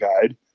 guide